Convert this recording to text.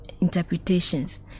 interpretations